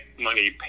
money